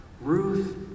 Ruth